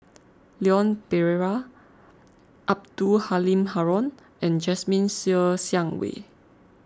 Leon Perera Abdul Halim Haron and Jasmine Ser Xiang Wei